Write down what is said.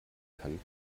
kann